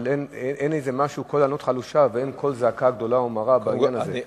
אבל אין קול ענות חלושה ואין קול זעקה גדולה ומרה בעניין הזה.